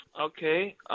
Okay